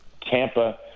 Tampa